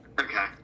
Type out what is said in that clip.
Okay